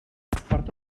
pertot